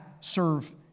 serve